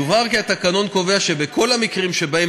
יובהר כי התקנון קובע שבכל המקרים שבהם